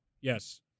Yes